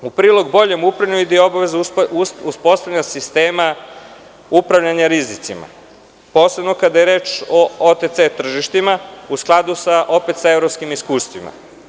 U prilog boljem upravljanju ide i obaveza uspostavljanja sistema upravljanja rizicima, posebno kada je reč o OTC tržištima, a u skladu sa evropskim iskustvima.